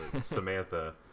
Samantha